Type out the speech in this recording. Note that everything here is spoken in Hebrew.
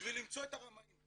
בשביל למצוא את הרמאים.